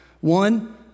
One